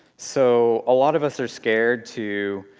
so a lot of us are scared to